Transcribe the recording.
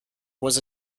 was